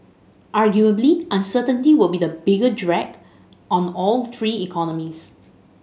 arguably uncertainty would be a bigger drag on all three economies